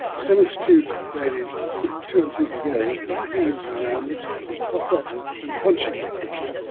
some astute ladies put two and two together when he was around they seemed to pop off unconscionably quickly.